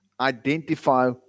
identify